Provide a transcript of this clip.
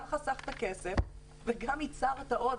גם חסכת כסף וגם ייצרת עוד.